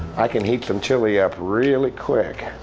i can heat some chilli up really quick.